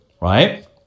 right